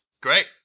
Great